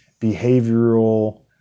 behavioral